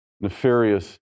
nefarious